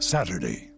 Saturday